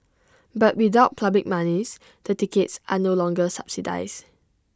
but without public monies the tickets are no longer subsidise